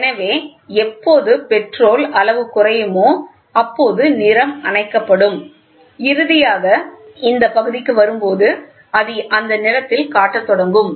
எனவே எப்போது பெட்ரோல் அளவு குறையுமோ அப்போது நிறம் அணைக்கப்படும் இறுதியாக இந்த பகுதிக்கு வரும்போது அது அந்த நிறத்தில் காட்டத் தொடங்கும்